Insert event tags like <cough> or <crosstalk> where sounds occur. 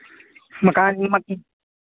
मकान <unintelligible>